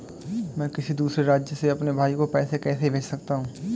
मैं किसी दूसरे राज्य से अपने भाई को पैसे कैसे भेज सकता हूं?